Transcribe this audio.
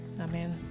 Amen